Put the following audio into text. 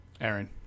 Aaron